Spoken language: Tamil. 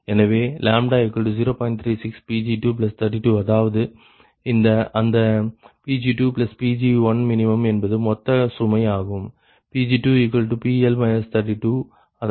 36 Pg232 அதாவது அந்த Pg2 Pg1min என்பது மொத்த சுமை ஆகும் Pg2PL 32 அதாவது Pg1min32 ஆகும்